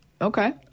Okay